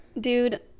Dude